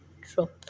drop